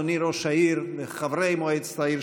אדוני ראש העירייה וחברי מועצת העיר,